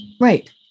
Right